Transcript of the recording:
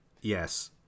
yes